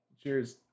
Cheers